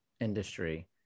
industry